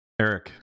Eric